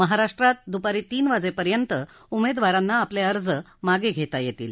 महाराष्ट्रात दुपारी तीन वाजेपर्यंत उमेदवारांना आपले अर्ज मागे घेता येतील